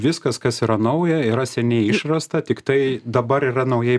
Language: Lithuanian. viskas kas yra nauja yra seniai išrasta tiktai dabar yra naujai